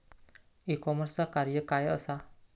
E कॉमर्सचा कार्य काय असा?